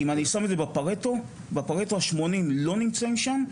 אם אני שם את זה בפארטו ה-80 לא נמצאים שם,